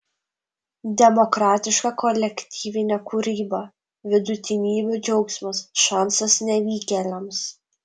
demokratiška kolektyvinė kūryba vidutinybių džiaugsmas šansas nevykėliams